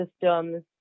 systems